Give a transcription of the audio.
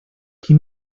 qui